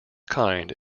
kind